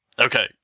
Okay